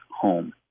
home